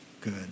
good